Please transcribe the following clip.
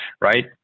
right